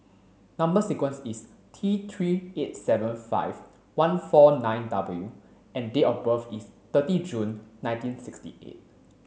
number sequence is T three eight seven five one four nine W and date of birth is thirty June nineteen sixty eight